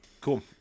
Cool